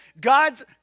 God's